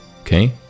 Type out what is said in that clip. Okay